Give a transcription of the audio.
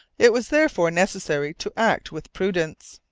it was therefore necessary to act with prudence.